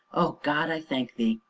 o god, i thank thee!